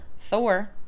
Thor